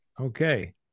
Okay